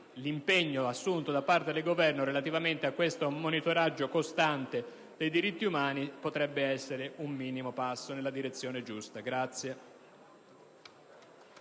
l'impegno assunto da parte del Governo relativamente al monitoraggio costante dei diritti umani potrebbe rappresentare un minimo passo nella direzione giusta.